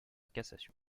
cassation